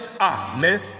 Amen